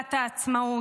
במגילת העצמאות.